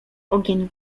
ogień